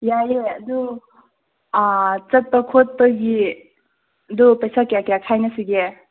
ꯌꯥꯏꯑꯦ ꯑꯗꯨ ꯆꯠꯄ ꯈꯣꯠꯄꯒꯤꯗꯨ ꯄꯩꯁꯥ ꯀꯌꯥ ꯀꯌꯥ ꯈꯥꯏꯅꯁꯤꯒꯦ